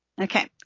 Okay